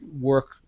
work